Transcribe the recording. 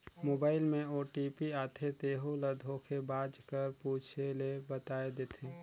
mobile में OTP आथे तेहू ल धोखेबाज कर पूछे ले बताए देथे